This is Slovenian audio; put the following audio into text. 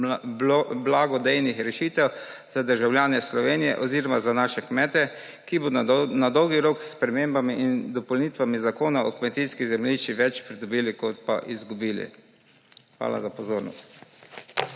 blagodejnih rešitev za državljane Slovenije oziroma za naše kmete, ki bodo na dolgi rok s spremembami in dopolnitvami zakona o kmetijskih zemljiščih več pridobili, kot pa izgubili. Hvala za pozornost.